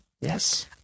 Yes